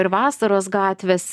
ir vasaros gatvės